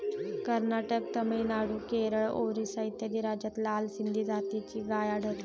कर्नाटक, तामिळनाडू, केरळ, ओरिसा इत्यादी राज्यांत लाल सिंधी जातीची गाय आढळते